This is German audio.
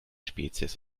spezies